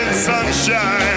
Sunshine